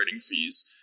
fees